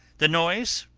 the noise,